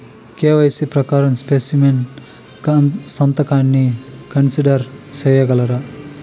KYC ప్రకారం specimen సంతకాన్ని consider సేయగలరా?